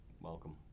Welcome